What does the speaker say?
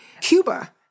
Cuba